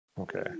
Okay